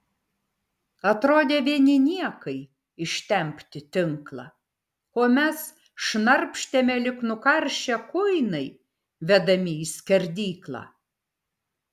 atrodė vieni niekai ištempti tinklą o mes šnarpštėme lyg nukaršę kuinai vedami į skerdyklą